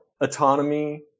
autonomy